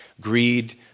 greed